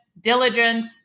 diligence